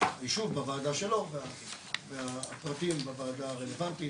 יישוב והוועדה שלו והפרטים בוועדה הרלוונטית,